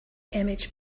image